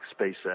SpaceX